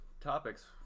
topics